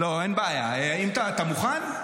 אין בעיה, אתה מוכן?